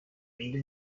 indi